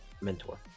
mentor